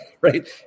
right